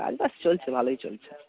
কাজ বাজ চলছে ভালোই চলছে